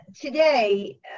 today